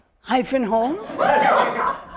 Holmes